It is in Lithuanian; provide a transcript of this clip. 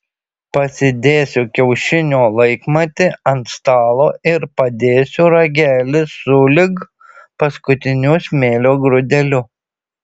pasidėsiu kiaušinio laikmatį ant stalo ir padėsiu ragelį sulig paskutiniu smėlio grūdeliu